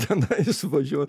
tenais važiuot